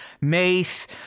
Mace